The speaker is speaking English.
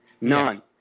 none